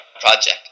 project